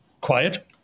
quiet